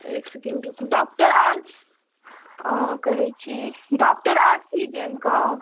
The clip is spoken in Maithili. एक सेकेन्ड रुकू डॉक्टर आ अहाँ कहै छी डॉक्टर आरती जैन के